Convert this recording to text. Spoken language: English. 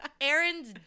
Aaron's